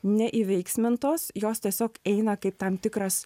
neįveiksmintos jos tiesiog eina kaip tam tikras